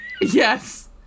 Yes